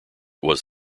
was